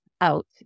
out